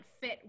fit